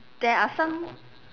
there are some